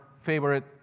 favorite